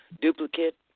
duplicate